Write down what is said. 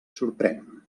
sorprèn